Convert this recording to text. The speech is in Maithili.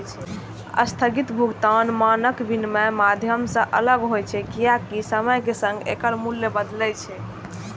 स्थगित भुगतान मानक विनमय माध्यम सं अलग होइ छै, कियैकि समयक संग एकर मूल्य बदलै छै